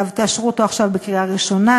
תאשרו אותו עכשיו בקריאה ראשונה,